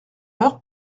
heures